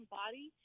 body